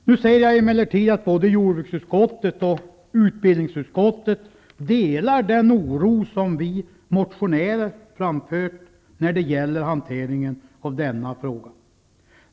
Nu ser jag emellertid att både jordbruksutskottet och utbildningsutskottet delar den oro som vi motionärer framfört när det gäller hanteringen av denna fråga.